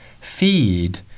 feed